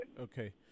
Okay